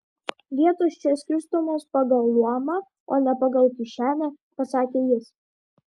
vietos čia skirstomos pagal luomą o ne pagal kišenę pasakė jis